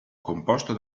composto